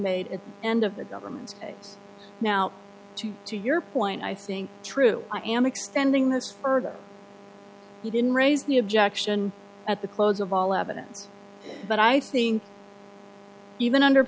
the end of the government now to you to your point i think true i am extending this further he didn't raise the objection at the close of all evidence but i think even under